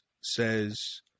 says